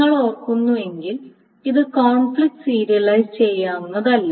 നിങ്ങൾ ഓർക്കുന്നുവെങ്കിൽ ഇത് കോൺഫ്ലിക്റ്റ് സീരിയലൈസ് ചെയ്യാവുന്നതല്ല